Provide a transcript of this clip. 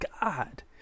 god